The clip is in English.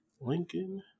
Lincoln